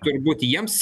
turbūt jiems